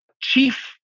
chief